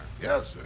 Yes